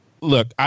look